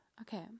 Okay